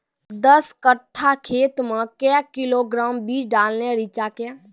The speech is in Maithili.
दस कट्ठा खेत मे क्या किलोग्राम बीज डालने रिचा के?